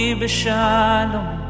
beshalom